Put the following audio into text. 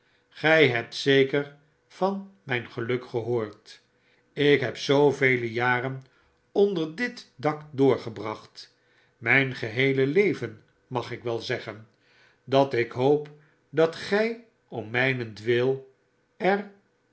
gjj hebt zeker van mijn geluk gehoord ik heb zoovele jaren onder dit dak doorgebracht mijn geheele leven mag ik wel zeggen dat ik hoop dat gij om mijnentwil er